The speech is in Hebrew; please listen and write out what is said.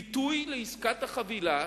ביטוי לעסקת החבילה.